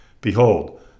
Behold